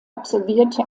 absolvierte